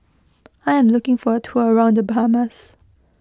I am looking for a tour around the Bahamas